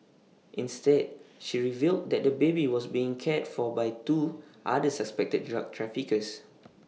instead she revealed that the baby was being cared for by two other suspected drug traffickers